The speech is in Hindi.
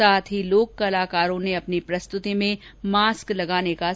साथ ही लोक कलाकारों ने अपनी प्रस्तुति में मास्क लगाने का संदेश दिया